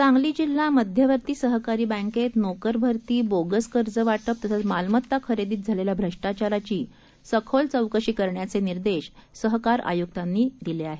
सांगली जिल्हा मध्यवर्ती सहकारी बँकेत नोकरभरतीबोगस कर्जवाटप तसंच मालमत्ता खरेदीत झालेल्या भ्रष्टाचाराची सखोल चौकशी करण्याचे निर्देश सहकार आयुक्तांनी आहेत